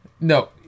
No